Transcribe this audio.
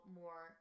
more